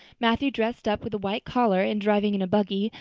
matthew, dressed up with a white collar and driving in a buggy,